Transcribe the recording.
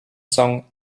song